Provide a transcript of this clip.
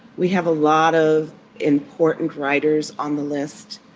we have a lot of important writers on the list.